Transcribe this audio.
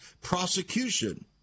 prosecution